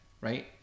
right